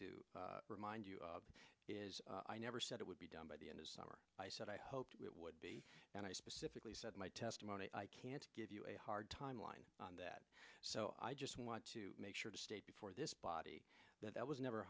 to remind you is i never said it would be done by the end of summer i said i hoped it would be and i specifically said my testimony i can't give you a hard time line on that so i just want to make sure to state before this body that i was never